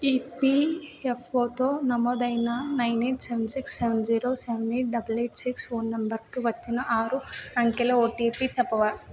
ఈపీఎఫ్ఓతో నమోదైన nine eight seven six seven zero seven eight double eight six phone నెంబర్కు వచ్చిన ఆరు అంకెల ఓటిపి చెప్పవా